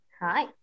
Hi